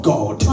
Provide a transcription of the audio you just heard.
God